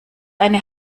eine